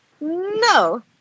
No